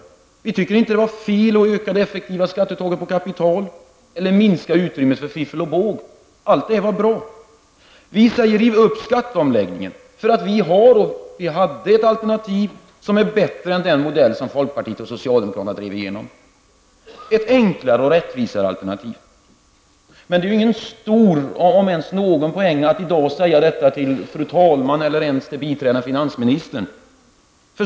Inte heller tycker vi att det var fel att öka det effektiva skatteuttaget på kapital, eller minska utrymmet för fiffel och båg. Allt detta var bra. Vänsterpartiet säger: Riv upp skatteomläggningen för vi har ett alternativ som är bättre än den modell som folkpartiet och socialdemokraterna drev igenom, ett enklare och rättvisare alternativ. Men det är ingen stor om ens någon poäng att säga detta till fru talman eller ens till biträdande finansministern.